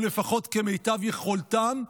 או לפחות כמיטב יכולתם,